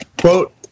quote